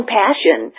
passion